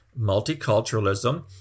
multiculturalism